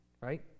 Right